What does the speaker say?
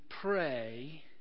pray